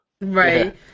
Right